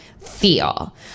feel